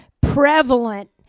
prevalent